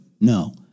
No